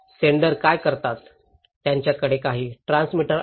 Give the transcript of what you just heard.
ते सेंडर काय करतात त्यांच्याकडे काही ट्रान्समीटर आहे